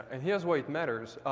and here's why it matters.